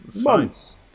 Months